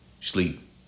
sleep